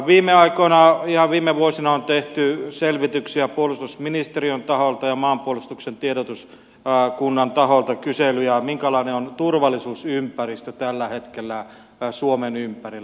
viime aikoina ihan viime vuosina on tehty selvityksiä puolustusministeriön taholta ja maanpuolustuksen tiedotuskunnan taholta kyselyjä minkälainen on turvallisuusympäristö tällä hetkellä suomen ympärillä